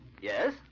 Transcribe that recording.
Yes